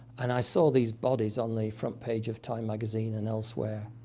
and i saw these bodies on the front page of time magazine and elsewhere,